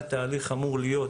התהליך אמור להיות